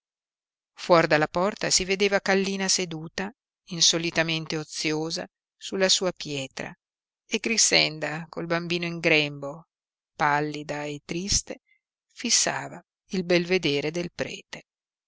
fuor dalla porta si vedeva kallina seduta insolitamente oziosa sulla sua pietra e grixenda col bambino in grembo pallida e triste fissava il belvedere del prete